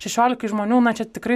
šešiolikai žmonių na čia tikrai